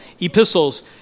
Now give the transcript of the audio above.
epistles